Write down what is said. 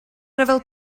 ryfel